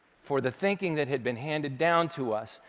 for the thinking that had been handed down to us,